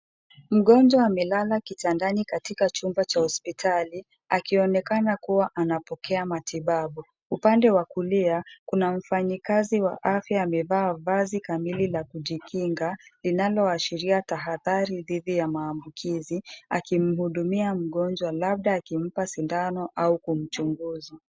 Mgonjwa amelala kitandani katika chumba cha hospitali akionekana kuwa anapokea matibabu. Upande wa kulia kuna mfanyikazi wa afya amevaa vazi kamili la kujikinga linaloashiria tahadhari dhidi ya maambukizi akimhudumia mgonjwa labda akimpa sindano au kumchunguza.